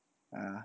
ya